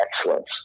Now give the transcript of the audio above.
Excellence